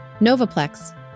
Novaplex